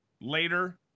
later